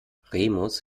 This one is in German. remus